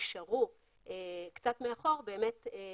נשארו קצת מאחור, כדי